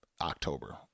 October